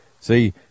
See